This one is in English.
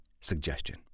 suggestion